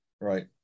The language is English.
right